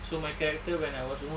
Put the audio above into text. so my character when I was only